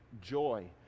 joy